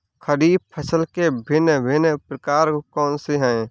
खरीब फसल के भिन भिन प्रकार कौन से हैं?